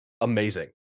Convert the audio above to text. amazing